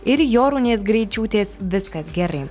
ir jorūnės greičiūtės viskas gerai